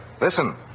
Listen